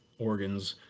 organs,